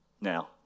Now